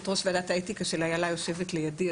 ראש ועדת האתיקה של איל"ה יושבת לידי,